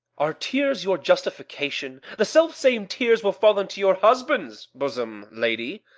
are tears your justification? the self-same tears will fall into your husband's bosom, lady,